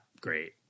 great